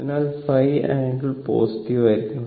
അതിനാൽ ϕ angle positive ആയിരിക്കണം